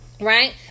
right